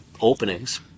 openings